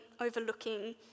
overlooking